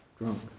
drunk